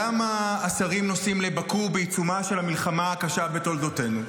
למה השרים נוסעים לבאקו בעיצומה של המלחמה הקשה בתולדותינו?